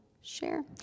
share